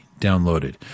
downloaded